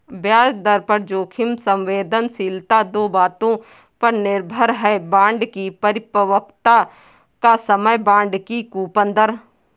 ब्याज दर जोखिम संवेदनशीलता दो बातों पर निर्भर है, बांड की परिपक्वता का समय, बांड की कूपन दर